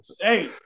hey